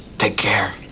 take care.